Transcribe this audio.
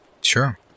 Sure